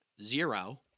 zero